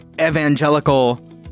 evangelical